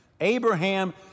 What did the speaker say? Abraham